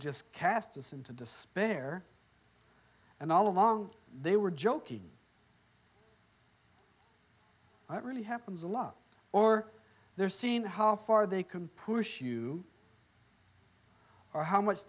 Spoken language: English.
just cast this into despair and all along they were joking i really happens a lot or they're seeing how far they can push you or how much